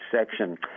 section